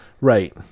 Right